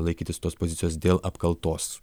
laikytis tos pozicijos dėl apkaltos